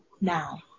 now